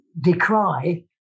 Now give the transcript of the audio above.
decry